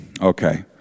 Okay